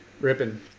ripping